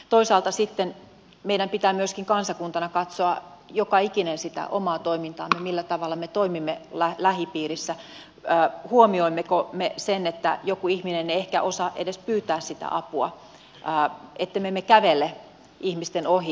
toisaalta sitten meidän pitää myöskin kansakuntana katsoa joka ikinen sitä omaa toimintaamme millä tavalla me toimimme lähipiirissä huomioimmeko me sen että joku ihminen ei ehkä osaa edes pyytää sitä apua ettemme me kävele ihmisten ohi